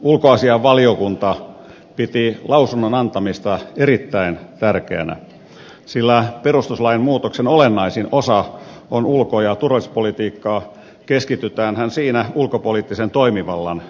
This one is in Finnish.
ulkoasiainvaliokunta piti lausunnon antamista erittäin tärkeänä sillä perustuslain muutoksen olennaisin osa on ulko ja turvallisuuspolitiikkaa keskitytäänhän siinä ulkopoliittisen toimivallan käyttöön